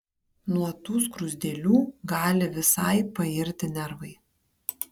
nuo tų skruzdėlių gali visai pairti nervai